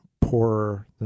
poorer